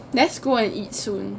let's go and eat soon